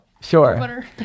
Sure